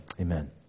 Amen